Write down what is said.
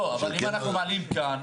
אנחנו מאמצים את אותה חובה גם כאן.